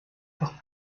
par